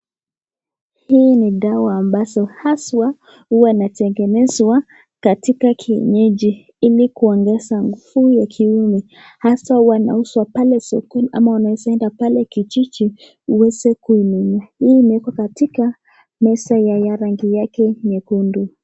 Hii ni dawa ambazo haswa hua inatengenezwa katika kienyeji ili kuongeza nguvu ya kiume. Haswa inauzwa pale sokoni ama unaeza enda pale kijiji ueze kuinunua. Hii imewekwa katika meza yenye rangi yake nyekundu.